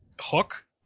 Hook